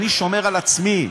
אני שומר על עצמי,